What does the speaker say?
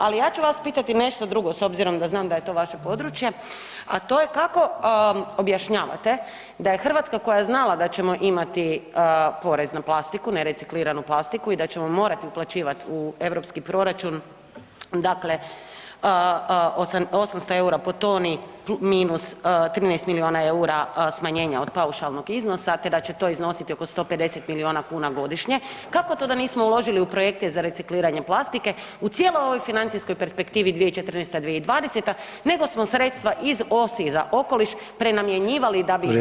Ali ja ću vas pitati nešto drugo s obzirom da znam da je to vaše područje, a to je kako objašnjavate da je Hrvatska koja je znala da ćemo imati porez na plastiku, nerecikliranu plastiku i da ćemo morati uplaćivati u europski proračun 800 eura po toni minus 13 milijuna eura smanjenja od paušalnog iznosa te da će to iznositi oko 150 milijuna kuna godišnje, kako to da nismo uložili u projekte za recikliranje plastike u cijeloj ovoj financijskoj perspektivi 2014.-2020. nego smo sredstva iz OSI za okoliš prenamjenjivali da ih spasili?